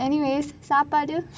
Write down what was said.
anyway சாப்பாடு:sappadu